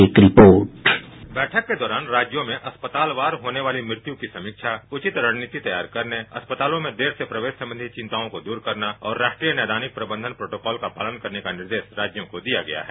एक report bite Anand Kumar बैठक के दौरान राज्यों में अस्पताल वार होने वाली मृत्यु की समीवा उचित रननीति तैयार करने अस्पतालों में देर से प्रवेश संक्ष्मी चिंताओँ को दूर करना और चाष्ट्रीय नैदालिक प्रबंपन प्रोटोकॉल खा पालन करने का निर्देश राज्यों को दिया गया है